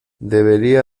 debería